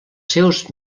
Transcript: seus